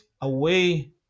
away